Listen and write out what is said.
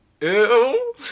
Ew